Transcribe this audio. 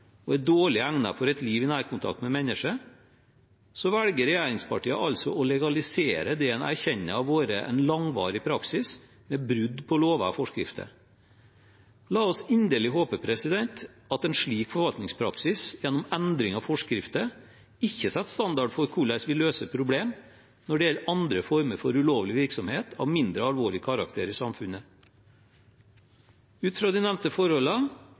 og er dårlig egnet for et liv i nærkontakt med mennesker, så velger regjeringspartiene altså å legalisere det en erkjenner har vært en langvarig praksis med brudd på lover og forskrifter. La oss inderlig håpe at en slik forvaltningspraksis gjennom endringer av forskrifter ikke setter standard for hvordan vi løser problemer når det gjelder andre former for ulovlig virksomhet av mindre alvorlig karakter i samfunnet. Ut fra de nevnte